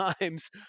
times